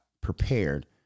prepared